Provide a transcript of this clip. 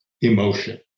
emotion